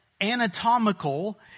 anatomical